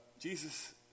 Jesus